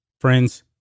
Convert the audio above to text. Friends